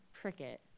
Cricket